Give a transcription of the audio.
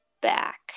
back